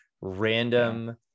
random